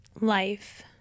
life